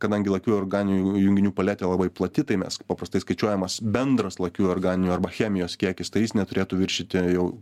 kadangi lakiųjų organinių junginių paletė labai plati tai mes paprastai skaičiuojamas bendras lakiųjų organinių arba chemijos kiekis tai jis neturėtų viršyti jau